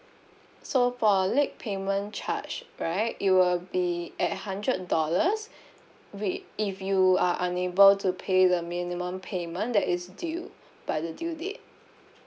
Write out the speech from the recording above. so for late payment charge right it will be at hundred dollars wi~ if you are unable to pay the minimum payment that is due by the due date